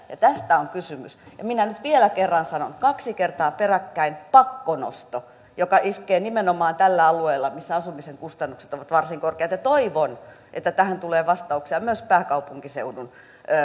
ja tästä on kysymys minä nyt vielä kerran sanon kaksi kertaa peräkkäin pakkonosto joka iskee nimenomaan tällä alueella missä asumisen kustannukset ovat varsin korkeat ja toivon että tähän tulee vastauksia myös pääkaupunkiseudun